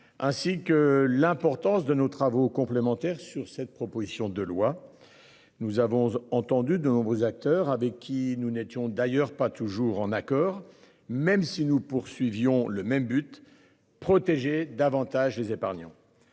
ainsi que l'importance de nos travaux complémentaires sur cette proposition de loi. Nous avons entendu de nouveaux acteurs avec qui nous n'étions d'ailleurs pas toujours en accord même si nous poursuivions le même but, protéger davantage les épargnants.